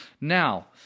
Now